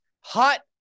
hot